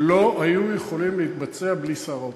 לא היו יכולים להתבצע בלי שר האוצר.